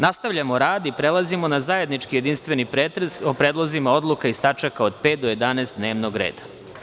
Nastavljamo rad i prelazimo na zajednički jedinstveni pretres o predlozima odluka iz tačaka od 5. do 11. dnevnog reda.